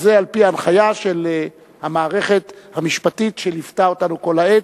וזה על-פי הנחיה של המערכת המשפטית שליוותה אותנו כל העת,